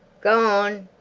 gone!